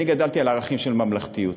אני גדלתי על ערכים של ממלכתיות.